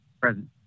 Present